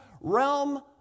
realm